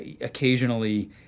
Occasionally